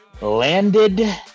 landed